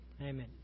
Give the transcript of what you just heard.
Amen